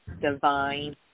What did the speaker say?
divine